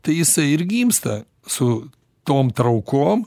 tai jisai ir gimsta su tom traukom